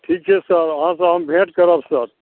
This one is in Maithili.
ठीक छै सर अहाँसँ हम भेट करब सर